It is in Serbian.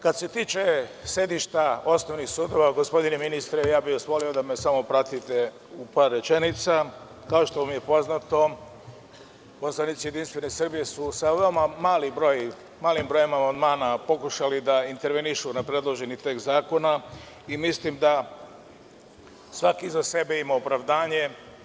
Kad se tiče sedišta osnovnih sudova, gospodine ministre, molio bih vas da me samo pratite u par rečenica, kao što vam je poznato poslanici Jedinstvene Srbije su sa veoma malim brojem amandmana pokušali da intervenišu na predloženi tekst zakona i mislim da svaki za sebe ima opravdanje.